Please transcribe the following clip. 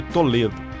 Toledo